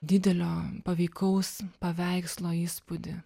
didelio paveikaus paveikslo įspūdį